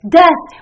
death